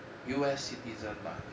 U_S citizen bah